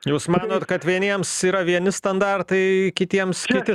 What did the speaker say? jūs manot kad vieniems yra vieni standartai kitiems kiti